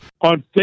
On